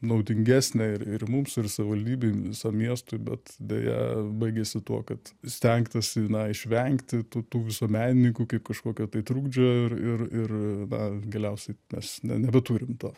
naudingesnė ir ir mums ir savivaldybei visam miestui bet deja baigėsi tuo kad stengtasi na išvengti tų tų visuomenininkų kaip kažkokio tai trukdžio ir ir ir na galiausiai mes na nebeturim to